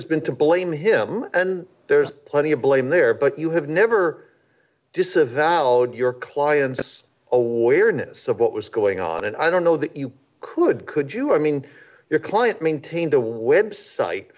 has been to blame him and there's plenty of blame there but you have never disavowed your client's awareness of what was going on and i don't know that you could could you i mean your client maintained a website